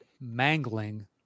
mangling